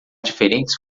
diferentes